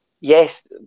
yes